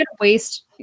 waste